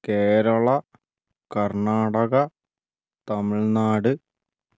Keralam Karnataka Tamil Nadu